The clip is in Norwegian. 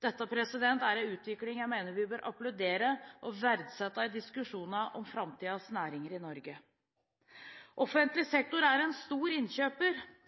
Dette er en utvikling jeg mener vi bør applaudere og verdsette i diskusjoner om framtidens næringer i Norge. Offentlig sektor er en stor innkjøper.